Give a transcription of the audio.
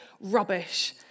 rubbish